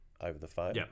over-the-phone